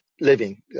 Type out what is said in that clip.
living